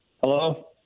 Hello